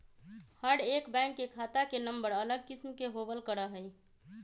हर एक बैंक के खाता के नम्बर अलग किस्म के होबल करा हई